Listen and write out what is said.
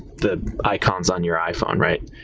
the icons on your iphone, right?